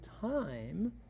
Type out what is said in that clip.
time